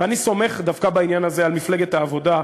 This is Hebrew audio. אני סומך דווקא בעניין הזה על מפלגת העבודה,